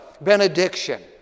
benediction